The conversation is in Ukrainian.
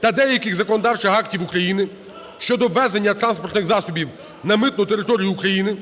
та деяких законодавчих актів України щодо ввезення транспортних засобів на митну територію України